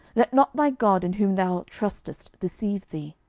let not thy god in whom thou trustest deceive thee,